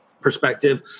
perspective